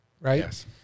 right